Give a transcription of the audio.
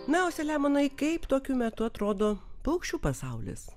na o selemonai kaip tokiu metu atrodo paukščių pasaulis